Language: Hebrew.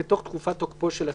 בתוך תקופת תוקפו של הצו: